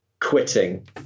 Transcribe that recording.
quitting